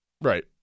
Right